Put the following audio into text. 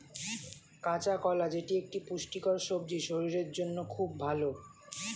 কাঁচা কলা যেটি এক পুষ্টিকর সবজি শরীরের জন্য খুব ভালো